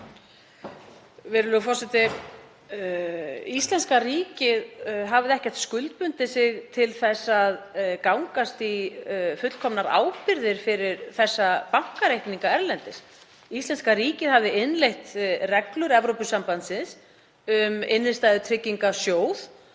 Virðulegur forseti. Íslenska ríkið hafði ekkert skuldbundið sig til þess að gangast í fullkomnar ábyrgðir fyrir þessa bankareikninga erlendis. Íslenska ríkið hafði innleitt reglur Evrópusambandsins um innstæðutryggingarsjóð.